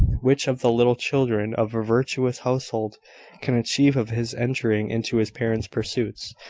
which of the little children of a virtuous household can conceive of his entering into his parent's pursuits,